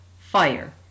fire